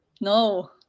No